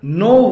no